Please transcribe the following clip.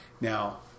Now